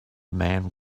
man